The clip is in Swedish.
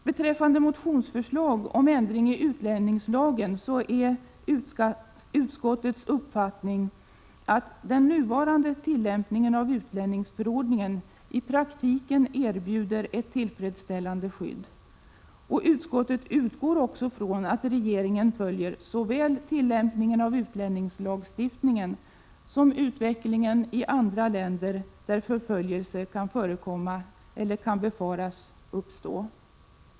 Beträffande motionsförslag om ändring i utlänningslagen är det utskottets uppfattning att den nuvarande tillämpningen av utlänningsförordningen i praktiken erbjuder ett tillfredsställande skydd. Utskottet utgår också ifrån att regeringen följer såväl tillämpningen av utlänningslagstiftningen som utvecklingen i andra länder där förföljelse kan förekomma eller kan befaras uppstå.